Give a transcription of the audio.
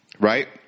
right